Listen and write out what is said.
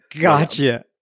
Gotcha